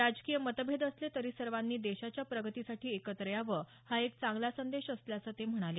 राजकीय मतभेद असले तरी सर्वांनी देशाच्या प्रगतीसाठी एकत्र यावं हा एक चांगला संदेश असल्याचं ते म्हणाले